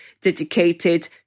dedicated